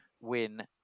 win